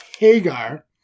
Hagar